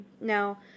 Now